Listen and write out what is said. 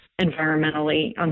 environmentally